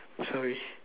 sorry